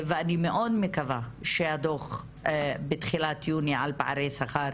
ואני מאוד מקווה שהדוח בתחילת יוני על פערי שכר,